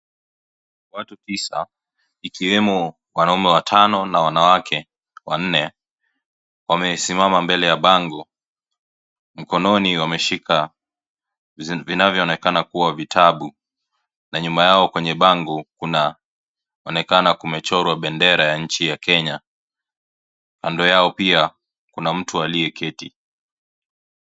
Watu tisa ikiwemo wanaume watano na wanawake wanne wamesimama mbele ya bango ,mkononi wameshika vinavyoonekana kuwa vitabu na nyuma yao kwenye bango kunaonekana kumechorwa bendera ya nchi ya Kenya kando yao pia kuna mtu aliye keti.